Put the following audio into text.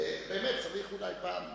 ובאמת צריך אולי פעם לחשוב,